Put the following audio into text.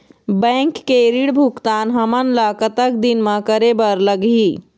Bank के ऋण भुगतान हमन ला कतक दिन म करे बर लगही?